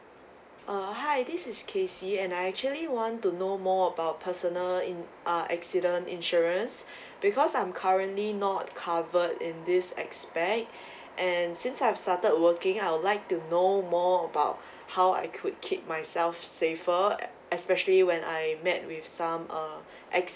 uh hi this is casey and I actually want to know more about personal in ah accident insurance because I'm currently not covered in this aspect like and since I've started working I would like to know more about how I could keep myself safer e~ especially when I met with some uh